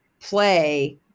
play